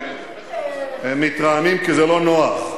הם מתרעמים כי זה לא נוח,